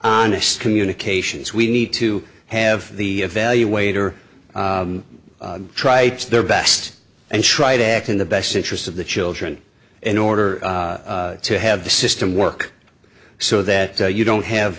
honest communications we need to have the value waiter try to their best and try to act in the best interests of the children in order to have the system work so that you don't have